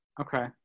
Okay